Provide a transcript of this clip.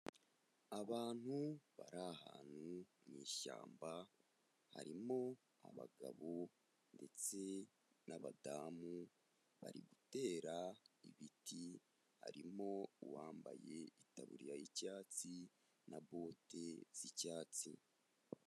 Abantu bari ahantu mu ishyamba, harimo abagabo ndetse n'abadamu bari gutera ibiti, harimo uwambaye itaburiya y'icyatsi na bote z'icyatsi.